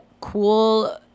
cool